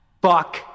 Fuck